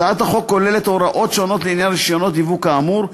הצעת החוק כוללת הוראות שונות לעניין רישיונות ייבוא כאמור,